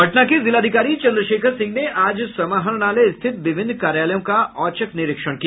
पटना के जिलाधिकारी चंद्रशेखर सिंह ने आज समाहरणालय स्थित विभिन्न कार्यालयों का औचक निरीक्षण किया